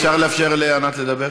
אפשר לאפשר לענת לדבר?